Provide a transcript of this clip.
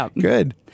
good